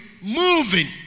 moving